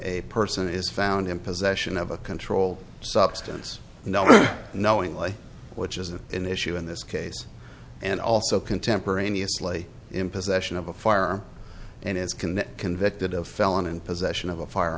a person is found in possession of a controlled substance knowingly which is an issue in this case and also contemporaneously in possession of a firearm and as connect convicted of felon in possession of a fire